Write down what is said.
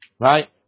Right